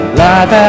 life